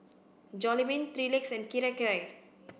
Jollibean Three Legs Kirei Kirei